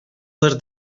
les